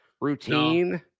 routine